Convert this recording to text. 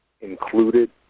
included